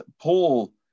Paul